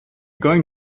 going